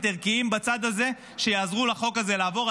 ערכיים בצד הזה שיעזרו לחוק הזה לעבור.